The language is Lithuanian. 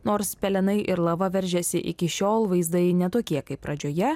nors pelenai ir lava veržiasi iki šiol vaizdai ne tokie kaip pradžioje